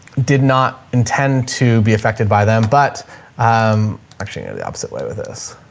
did not intend to be affected by them, but i'm actually going the opposite way with this.